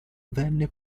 venne